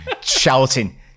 shouting